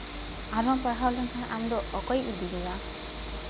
ᱟᱨᱦᱚᱸᱢ ᱯᱟᱲᱦᱟᱣ ᱞᱮᱱᱠᱷᱟᱱ ᱟᱢᱫᱚ ᱚᱠᱚᱭ ᱤᱫᱤ ᱢᱮᱭᱟ